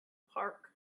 park